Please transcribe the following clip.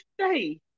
stay